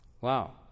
Wow